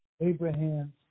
Abraham's